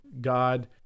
God